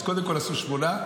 אז קודם כל עשו שמונה,